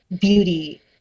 beauty